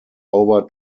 over